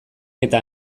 eta